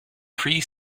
pre